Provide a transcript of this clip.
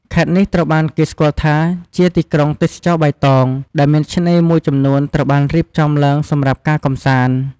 ខេត្តនេះត្រូវបានគេស្គាល់ថាជា "ទីក្រុងទេសចរណ៍បៃតង" ដែលមានឆ្នេរមួយចំនួនត្រូវបានរៀបចំឡើងសម្រាប់ការកម្សាន្ត។